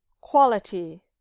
quality